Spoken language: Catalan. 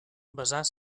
vessar